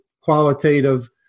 qualitative